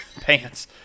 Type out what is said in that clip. pants